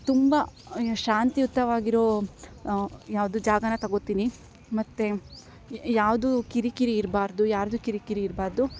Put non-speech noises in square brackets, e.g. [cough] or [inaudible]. ತುಂಬ ಶಾಂತಿಯುತವಾಗಿರೋ ಯಾವುದು ಜಾಗ ತಗೊತಿನಿ ಮತ್ತು [unintelligible] ಯಾವುದು ಕಿರಿಕಿರಿ ಇರಬಾರ್ದು ಯಾರದು ಕಿರಿಕಿರಿ ಇರ್ಬಾರ್ದು